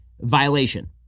violation